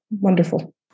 wonderful